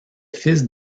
fils